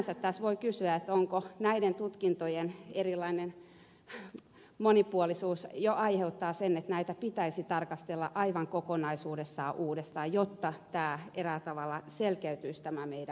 sinänsä tässä voi kysyä aiheuttaako näiden tutkintojen erilainen monipuolisuus jo sen että näitä pitäisi tarkastella aivan kokonaisuudessaan uudestaan jotta tämä meidän järjestelmä eräällä tavalla selkeytyisi